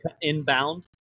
inbound